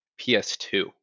PS2